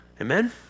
Amen